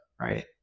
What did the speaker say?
right